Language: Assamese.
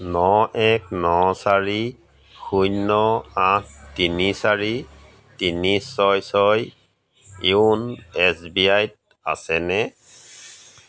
ন এক ন চাৰি শূন্য আঠ তিনি চাৰি তিনি ছয় ছয় য়োনো এছ বি আইত আছেনে